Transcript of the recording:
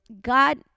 god